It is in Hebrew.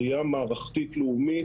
ראייה מערכתית לאומית.